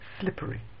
slippery